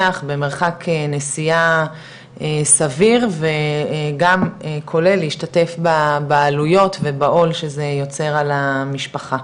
במרחק נסיעה סביר וגם כולל להשתתף בעלויות ובעול שזה יותר על המשפחה.